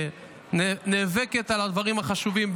שנאבקת על הדברים החשובים,